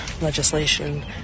legislation